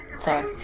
Sorry